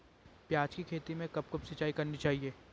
प्याज़ की खेती में कब कब सिंचाई करनी चाहिये?